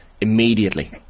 immediately